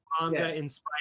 manga-inspired